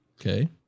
Okay